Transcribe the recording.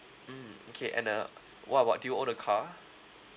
mm okay and uh what about do you own a car